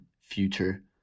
future